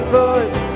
voice